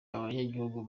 abanyagihugu